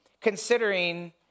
considering